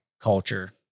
culture